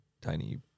tiny